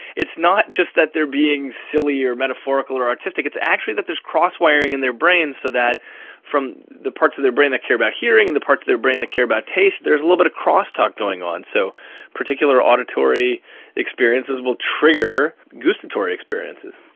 it's not just that they're being silly or metaphorical or artistic, it's actually that there's cross-wiring in their brains so that from the parts of their brain that care about hearing, and the parts or their brain that care about taste, there's a little bit of cross-talk going on, so particular auditory experiences will trigger gustatory experiences.